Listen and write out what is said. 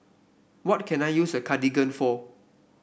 what can I use Cartigain for